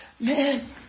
Man